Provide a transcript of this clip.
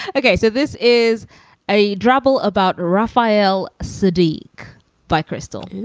okay. so this is a drabble about rafael sidik by crystal